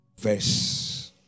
Verse